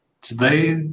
today